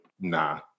Nah